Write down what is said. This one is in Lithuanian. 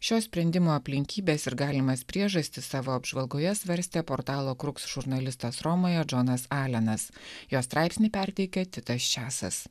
šio sprendimo aplinkybes ir galimas priežastis savo apžvalgoje svarstė portalo žurnalistas romoje džonas alenas jo straipsnį perteikia titas česas